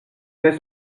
n’est